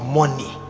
money